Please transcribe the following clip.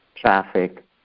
traffic